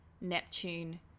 Neptune